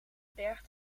berg